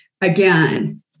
Again